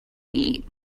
eat